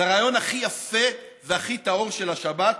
זה הרעיון הכי יפה והכי טהור של השבת.